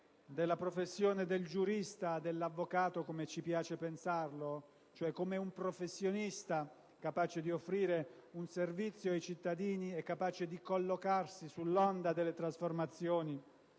della professione del giurista e dell'avvocato come ci piace pensarlo, cioè come un professionista capace di offrire un servizio ai cittadini e capace di collocarsi sull'onda delle trasformazioni